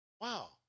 Wow